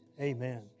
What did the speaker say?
Amen